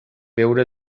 veure